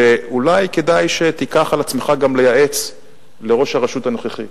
שאולי כדאי שתיקח על עצמך גם לייעץ לראש הרשות הנוכחי.